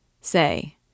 Say